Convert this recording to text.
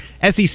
SEC